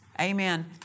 Amen